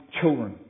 children